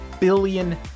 billion